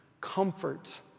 comfort